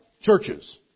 churches